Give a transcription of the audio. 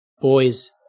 boys